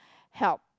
help